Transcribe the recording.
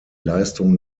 leistung